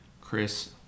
Chris